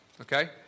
Okay